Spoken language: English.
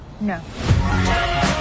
No